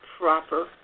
proper